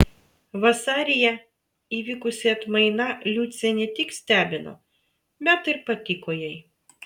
vasaryje įvykusi atmaina liucę ne tik stebino bet ir patiko jai